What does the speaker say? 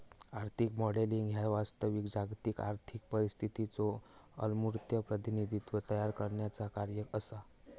आर्थिक मॉडेलिंग ह्या वास्तविक जागतिक आर्थिक परिस्थितीचो अमूर्त प्रतिनिधित्व तयार करण्याचा कार्य असा